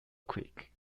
creek